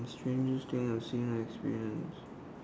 strangest thing I've seen or experienced